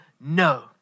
no